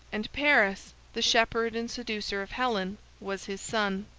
and paris, the shepherd and seducer of helen, was his son.